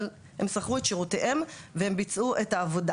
אבל הם שכרו את שירותיהם והם ביצעו את העבודה.